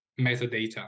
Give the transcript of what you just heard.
metadata